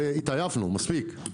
התעייפנו, מספיק.